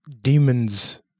demons